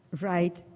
right